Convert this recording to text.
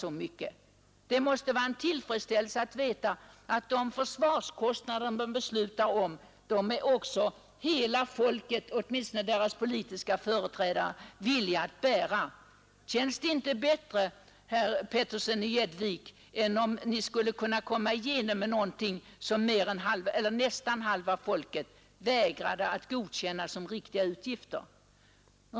Det är en tillfredsställelse om hela folket, eller dess politiska företrädare, är villiga att bära de försvarskostnader som beslutas.